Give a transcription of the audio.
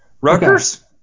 Rutgers